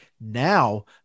Now